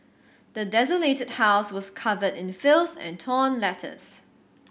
the desolated house was covered in filth and torn letters